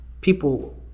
people